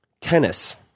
tennis